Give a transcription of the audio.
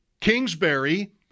Kingsbury